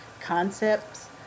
concepts